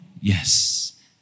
Yes